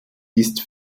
ist